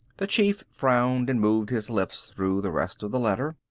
the chief frowned and moved his lips through the rest of the letter.